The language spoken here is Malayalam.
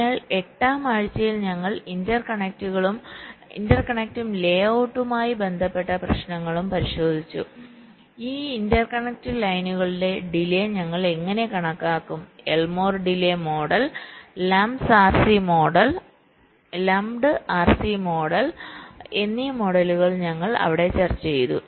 അതിനാൽ 8 ാം ആഴ്ചയിൽ ഞങ്ങൾ ഇന്റർകണക്റ്റും ലേഔട്ടുമായി ബന്ധപ്പെട്ട പ്രശ്നങ്ങളും പരിശോധിച്ചു അതിനാൽ ഈ ഇന്റർകണക്ഷൻ ലൈനുകളുടെ ഡിലെ ഞങ്ങൾ എങ്ങനെ കണക്കാക്കും Elmore delay model lumped RC മോഡലുകൾ എന്നീ മോഡലുകൾ ഞങ്ങൾ അവിടെ ചർച്ച ചെയ്തു